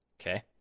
Okay